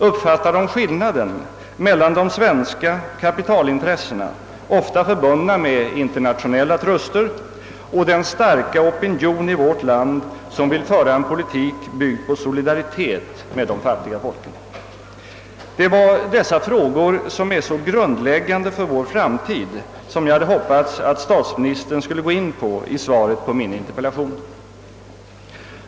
Uppfattar de skillnaden mellan de svenska kapitalintressena, ofta förbundna med internationella truster, och den starka opinion i vårt land som vill föra en politik byggd på solidaritet med de fattiga folken? Det var dessa frågor som är så grundläggande för vår framtid, som jag hade hoppats att statsministern skulle gå in på i svaret på min interpellation.